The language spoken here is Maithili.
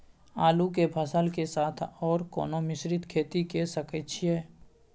आलू के फसल के साथ आर कोनो मिश्रित खेती के सकैछि?